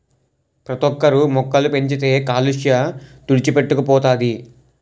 ప్రతోక్కరు మొక్కలు పెంచితే కాలుష్య తుడిచిపెట్టుకు పోతది